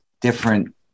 different